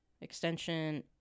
Extension